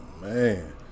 man